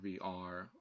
vr